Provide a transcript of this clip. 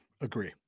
Agree